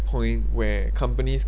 point where companies